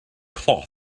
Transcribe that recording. cloth